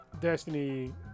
Destiny